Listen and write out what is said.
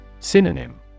Synonym